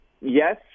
Yes